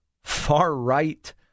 far-right